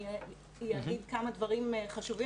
אני אגיד כמה דברים חשובים על המכתב.